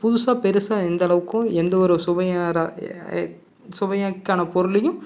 புதுசாக பெருசாக எந்த அளவுக்கும் எந்த ஒரு சுவையா சுவைக்கான பொருளையும்